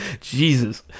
Jesus